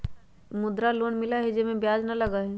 मुद्रा लोन मिलहई जे में ब्याज न लगहई?